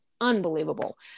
unbelievable